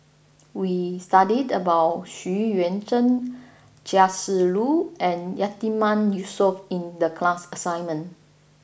we studied about Xu Yuan Zhen Chia Shi Lu and Yatiman Yusof in the class assignment